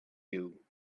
you